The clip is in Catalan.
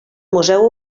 museu